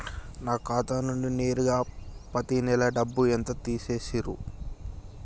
నా ఖాతా నుండి నేరుగా పత్తి నెల డబ్బు ఎంత తీసేశిర్రు?